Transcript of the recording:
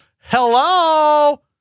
Hello